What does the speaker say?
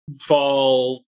fall